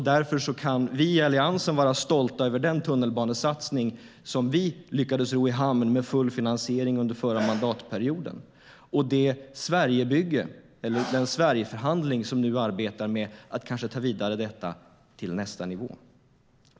Därför kan vi i Alliansen vara stolta över den tunnelbanesatsning som vi med full finansiering lyckades ro i hamn under förra mandatperioden, liksom det Sverigebygge, eller den Sverigeförhandling, som nu arbetar med att kanske ta det vidare till nästa nivå.